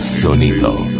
Sonido